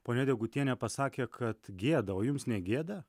ponia degutienė pasakė kad gėda o jums negėda